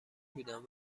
بودم